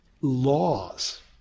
laws